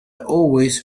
always